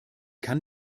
kann